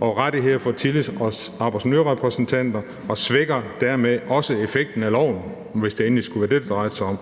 og rettigheder for tillids- og arbejdsmiljørepræsentanter og svækker dermed også effekten af loven, hvis det endelig skulle være det, det drejede sig om.